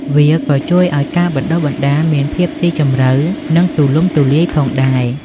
វាក៏ជួយឱ្យការបណ្តុះបណ្តាលមានភាពស៊ីជម្រៅនិងទូលំទូលាយផងដែរ។